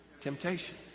Temptation